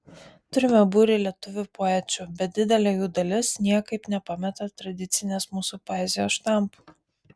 turime būrį lietuvių poečių bet didelė jų dalis niekaip nepameta tradicinės mūsų poezijos štampų